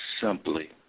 simply